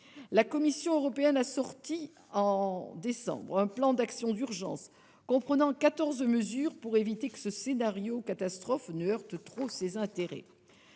la Commission européenne a sorti en décembre un plan d'action d'urgence comprenant quatorze mesures pour éviter que ce scénario catastrophe ne heurte trop ses intérêts